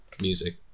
music